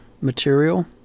material